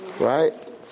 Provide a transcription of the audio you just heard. Right